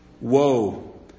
woe